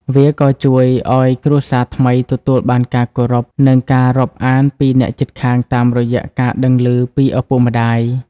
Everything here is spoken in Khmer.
វាក៏ជួយឱ្យគ្រួសារថ្មីទទួលបានការគោរព និងការរាប់អានពីអ្នកជិតខាងតាមរយៈការដឹងឮពីឪពុកម្ដាយ។